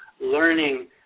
learning